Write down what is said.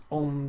on